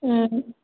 ꯎꯝ